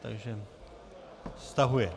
Takže stahuje.